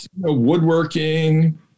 woodworking